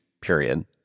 period